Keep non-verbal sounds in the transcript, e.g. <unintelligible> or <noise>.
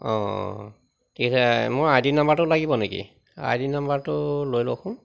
অঁ অঁ <unintelligible> মোৰ আই ডি নাম্বাৰটো লাগিব নেকি আই ডি নাম্বাৰটো লৈ লওকচোন